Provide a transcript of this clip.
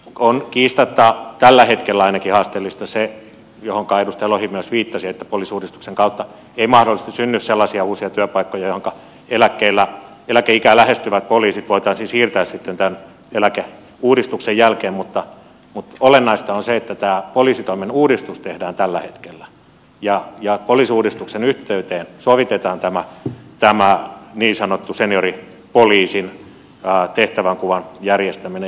on kiistatta ainakin tällä hetkellä haasteellista se mihinkä edustaja lohi myös viittasi että poliisiuudistuksen kautta ei mahdollisesti synny sellaisia uusia työpaikkoja joihinka eläkeikää lähestyvät poliisit voitaisiin siirtää tämän eläkeuudistuksen jälkeen mutta olennaista on se että tämä poliisitoimen uudistus tehdään tällä hetkellä ja poliisiuudistuksen yhteyteen sovitetaan tämä niin sanottu senioripoliisin tehtävänkuvan järjestäminen